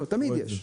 לא, תמיד יש.